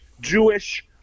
Jewish